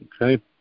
Okay